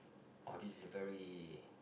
all these are very